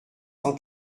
cent